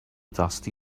dusty